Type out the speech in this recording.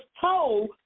told